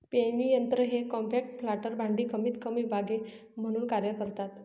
पेरणी यंत्र हे कॉम्पॅक्ट प्लांटर भांडी कमीतकमी बागे म्हणून कार्य करतात